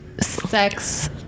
sex